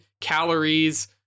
calories